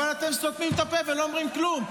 אבל אתם סותמים את הפה ולא אומרים כלום.